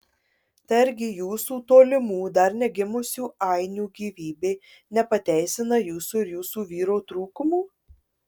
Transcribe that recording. tai argi jūsų tolimų dar negimusių ainių gyvybė nepateisina jūsų ir jūsų vyro trūkumų